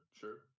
sure